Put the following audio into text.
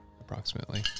Approximately